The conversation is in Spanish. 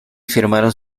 firmaron